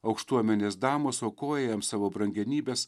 aukštuomenės damos aukoja jam savo brangenybes